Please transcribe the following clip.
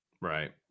right